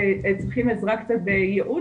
צריכים עזרה קצת בייעוץ',